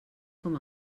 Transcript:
com